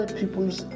peoples